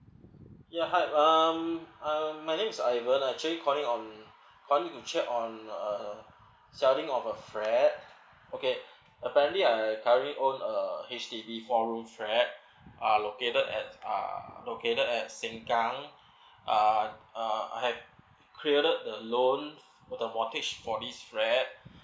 ya hi um um my name is ivan I actually calling on calling to check on uh selling of a flat okay apparently I currently own a H_D_B four room flat uh located at uh located at sengkang uh uh I have cleared uh loan the mortgage for this flat